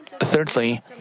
Thirdly